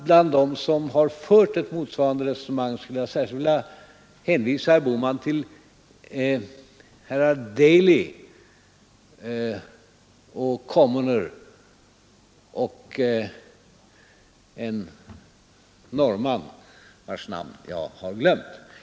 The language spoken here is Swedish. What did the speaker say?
Bland dem som har fört ett motsvarande resonemang vill jag hänvisa herr Bohman till herrar Daley och Commoner och en norrman vars namn jag har glömt.